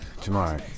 tomorrow